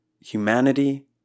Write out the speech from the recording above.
humanity